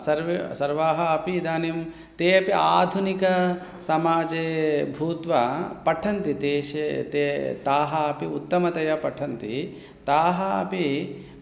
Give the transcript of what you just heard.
सर्वाः सर्वाः अपि इदानीं ताः अपि आधुनिकसमाजे भूत्वा पठन्ति तासां ताः ताः अपि उत्तमतया पठन्ति ताः अपि